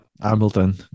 Hamilton